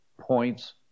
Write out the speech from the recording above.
points